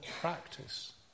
practice